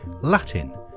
Latin